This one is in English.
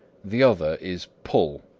the other is pull.